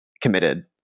committed